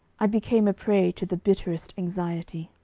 i became a prey to the bitterest anxiety.